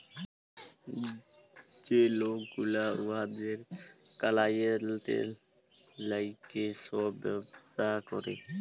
যে লক গুলা উয়াদের কালাইয়েল্টের ল্যাইগে ছব ব্যবসা ক্যরে